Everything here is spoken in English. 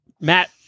Matt